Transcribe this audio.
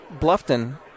Bluffton